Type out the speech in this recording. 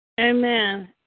Amen